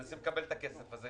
שמנסים לקבל את הכסף הזה.